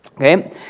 Okay